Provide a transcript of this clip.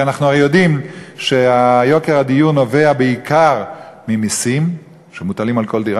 כי אנחנו הרי יודעים שיוקר הדיור נובע בעיקר ממסים שמוטלים על כל דירה,